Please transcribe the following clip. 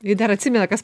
i dar atsimena kas